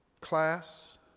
Class